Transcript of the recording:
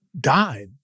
died